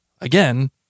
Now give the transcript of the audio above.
again